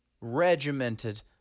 regimented